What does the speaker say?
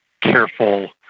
careful